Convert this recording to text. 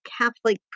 Catholic